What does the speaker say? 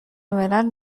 ملل